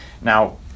Now